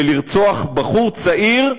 ולרצוח בחור צעיר,